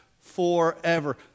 forever